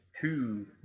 two